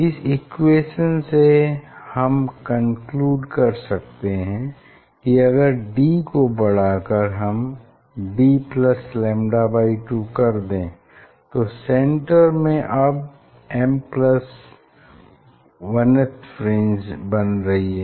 इस इक्वेशन से हम कन्क्लूड कर सकते हैं कि अगर d को बढाकर हम dλ2 कर दें तो सेन्टर में अब m1th फ्रिंज बन रही है